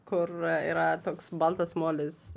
kur yra toks baltas molis